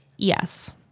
Yes